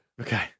Okay